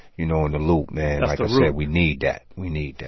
you know, in the loop, man. i said we need that. we need that.